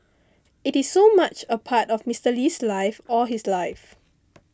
it is so much a part of Mister Lee's life all his life